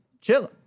chilling